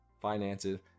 finances